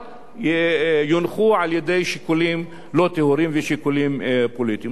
יונחו על-ידי שיקולים לא טהורים ושיקולים פוליטיים.